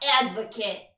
advocate